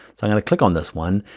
and and click on this one.